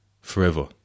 forever